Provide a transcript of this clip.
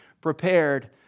prepared